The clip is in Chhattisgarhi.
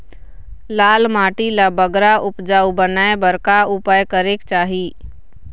लाल माटी ला बगरा उपजाऊ बनाए बर का उपाय करेक चाही?